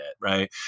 right